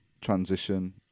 transition